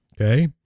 Okay